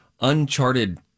uncharted